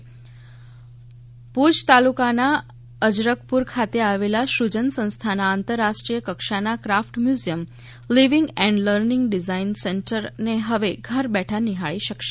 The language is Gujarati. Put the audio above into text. ભુજ કાફ્ટ ભુજ તાલુકાના અજરખપુર ખાતે આવેલા શ્રુજન સંસ્થાના આંતરરાષ્ટ્રીય કક્ષાના craft museum living and learning design centre ને હવે ઘર બેઠાં નિહાળી શકાશે